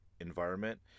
environment